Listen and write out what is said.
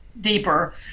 deeper